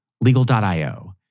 Legal.io